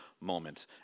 moment